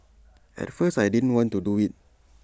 at first I didn't want to do IT